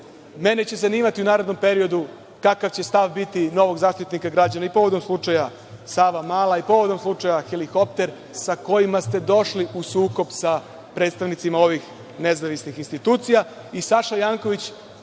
mene će zanimati u narednom periodu kakav će stav biti novog Zaštitnika građana i povodom slučaja „Savamala“ i povodom slučaja „Helikopter“ sa kojima ste došli u sukob sa predstavnicima ovih nezavisnih institucija.